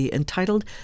entitled